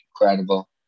incredible